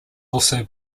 also